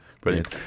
Brilliant